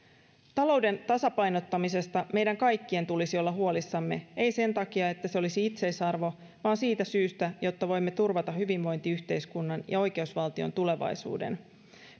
talouden tasapainottamisesta meidän kaikkien tulisi olla huolissamme ei sen takia että se olisi itseisarvo vaan jotta voimme turvata hyvinvointiyhteiskunnan ja oikeusvaltion tulevaisuuden